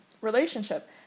relationship